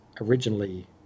originally